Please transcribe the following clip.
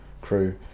crew